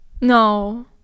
no